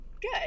good